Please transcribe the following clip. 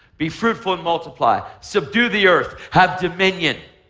be fruitful and multiple. ah subdue the earth. have dominion.